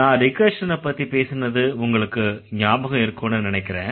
நான் ரிகர்ஷனைப்பத்தி பேசுனது உங்களுக்கு ஞாபகம் இருக்கும்னு நினைக்கறேன்